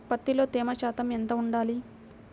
పత్తిలో తేమ శాతం ఎంత ఉండాలి?